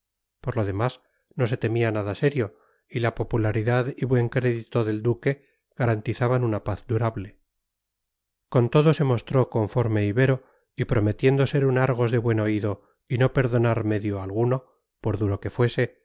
por lo demás no se temía nada serio y la popularidad y buen crédito del duque garantizaban una paz durable con todo se mostró conforme ibero y prometiendo ser un argos de buen oído y no perdonar medio alguno por duro que fuese